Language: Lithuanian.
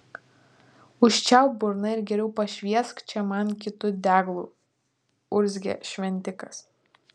užčiaupk burną ir geriau pašviesk čia man kitu deglu urzgė šventikas